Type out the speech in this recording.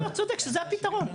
צודק שזה הפתרון,